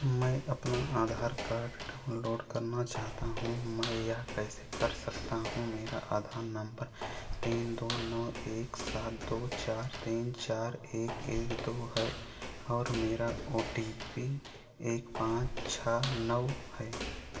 मैं अपना Aadhaar card download करना चाहता हूँ मैं यह कैसे कर सकता हूँ मेरा आधार नंबर तीन दो नौ एक सात दो चार तीन चार एक एक दो है और मेरा ओ टी पी एक पाँच छः नौ है